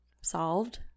solved